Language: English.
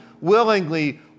willingly